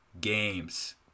games